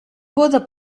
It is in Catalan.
poda